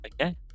Okay